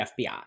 FBI